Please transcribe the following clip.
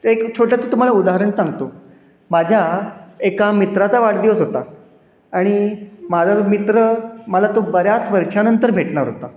एक छोटंसं तुम्हाला उदाहरण सांगतो माझ्या एका मित्राचा वाढदिवस होता आणि माझा मित्र मला तो बऱ्याच वर्षानंतर भेटणार होता